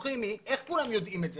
איך כולם יודעים את זה?